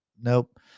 Nope